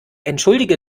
entschuldige